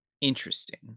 Interesting